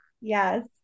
Yes